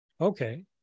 Okay